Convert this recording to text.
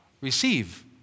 receive